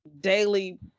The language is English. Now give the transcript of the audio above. daily